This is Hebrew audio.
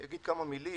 מקריאה.